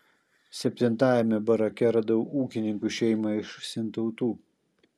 septintajame barake radau ūkininkų šeimą iš sintautų